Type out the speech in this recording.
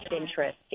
interest